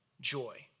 joy